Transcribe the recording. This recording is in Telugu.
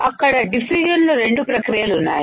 అక్కడ డిఫ్యూషన్ లో రెండు ప్రక్రియలు ఉన్నాయి